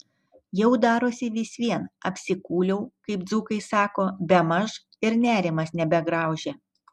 jau darosi vis vien apsikūliau kaip dzūkai sako bemaž ir nerimas nebegraužia